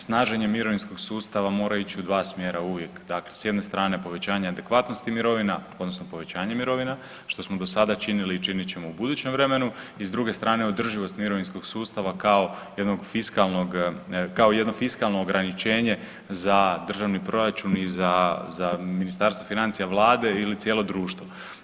Snaženje mirovinskog sustava mora ići u dva smjera uvijek, dakle s jedne strane povećanje adekvatnosti mirovina odnosno povećanje mirovina, što smo do sada činili i činit ćemo u budućem vremenu i s druge strane održivost mirovinskog sustava kao jedno fiskalno ograničenje za državni proračun i za, za Ministarstvo financija, vlade ili cijelo društvo.